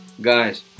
guys